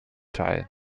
teil